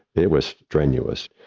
it was strenuous.